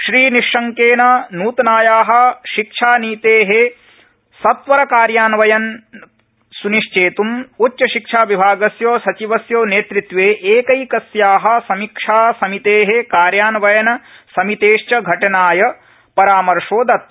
श्रीनिशंकेन न्तनाया शिक्षानीते सत्वरकार्यान्वयं सुनिश्चेत्म् उच्चशिक्षाविभागस्य सचिवस्य नेतृत्वे एकैकस्या समीक्षासमिते कार्यान्वयनसमितेश्च घटनाय परामर्शो दत्त